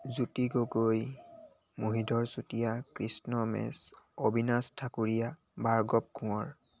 Jyoti Gogoi Mahidhar Chutiya Krishna Mech Abinash Thakuria Bhargav Konwar